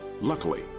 Luckily